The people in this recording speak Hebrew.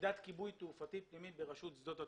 יחידת כיבוי תעופתית פנימית ברשות שדות התעופה,